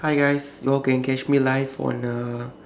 hi guys you all can catch me live on uh